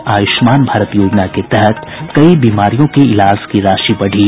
और आयुष्मान भारत योजना के तहत कई बीमारियों के इलाज की राशि बढ़ी